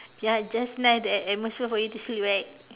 ya just nice the atmosphere for you to sleep right